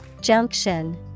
Junction